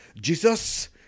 Jesus